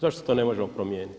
Zašto to ne možemo promijenit?